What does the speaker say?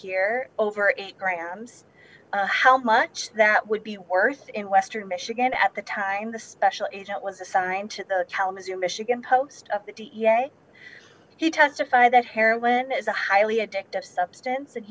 here over eight grams how much that would be worth in western michigan at the time the special agent was assigned to the kalamazoo michigan post of the he testified that heroin is a highly addictive substance and